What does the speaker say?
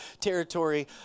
territory